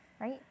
right